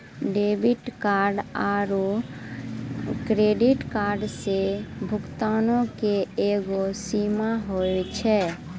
debit card आरू credit कार्डो से भुगतानो के एगो सीमा होय छै